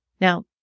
Now